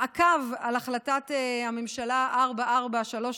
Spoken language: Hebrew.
מעקב על החלטת הממשלה 4439,